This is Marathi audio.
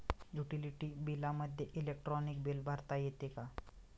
युटिलिटी बिलामध्ये इलेक्ट्रॉनिक बिल भरता येते का?